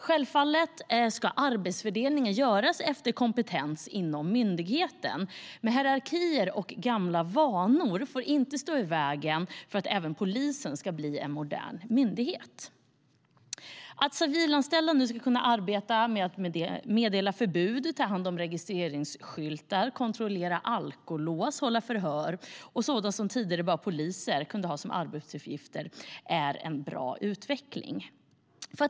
Självfallet ska arbetsfördelningen göras efter kompetens inom myndigheten. Men hierarkier och gamla vanor får inte stå i vägen för att även polisen ska bli en modern myndighet. Att civilanställda nu ska kunna arbeta med att meddela förbud, ta hand om registreringsskyltar, kontrollera alkolås, hålla förhör och sådant som tidigare bara poliser kunde ha som arbetsuppgifter är en bra utveckling.